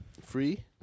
Free